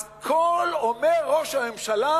אז אומר ראש הממשלה: